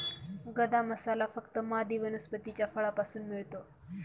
गदा मसाला फक्त मादी वनस्पतीच्या फळापासून मिळतो